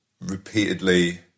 repeatedly